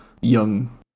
young